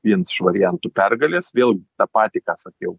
viens iš variantų pergalės vėlgi tą patį ką sakiau